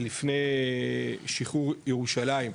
לפני שחרור ירושלים,